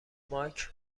مایک